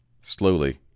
slowly